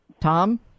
Tom